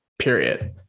period